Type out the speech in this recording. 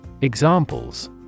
Examples